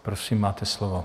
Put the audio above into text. Prosím, máte slovo.